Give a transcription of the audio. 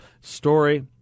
story